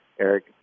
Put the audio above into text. Eric